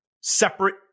separate